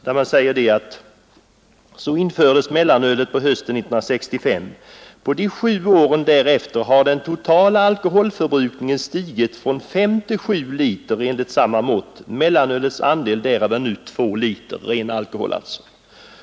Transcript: Där anförs bl.a.: ”Så infördes mellanölet hösten 1965. På de sju åren därefter har den totala alkoholförbrukningen stigit från 5 till 7 liter enligt samma mått. Mellanölets andel därav är nu 2 liter.” — Det rör sig alltså om ren alkohol.